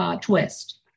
twist